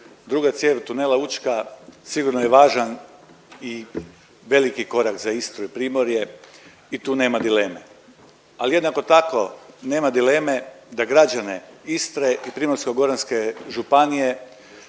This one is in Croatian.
druga cijev tunela Učka sigurno je važan i veliki korak za Istru i Primorje i tu nema dileme. Ali jednako tako, nema dileme da građane Istre i Primorsko-goranske županije